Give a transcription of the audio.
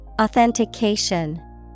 Authentication